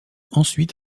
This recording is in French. ensuite